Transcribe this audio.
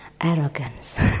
arrogance